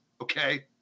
Okay